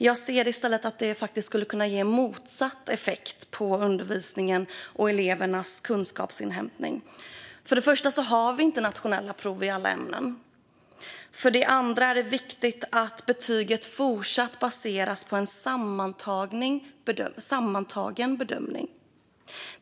Jag ser i stället att det faktiskt skulle kunna ge motsatt effekt på undervisningen och elevernas kunskapsinhämtning. För det första har vi inte nationella prov i alla ämnen. För det andra är det viktigt att betyget fortsatt baseras på en sammantagen bedömning.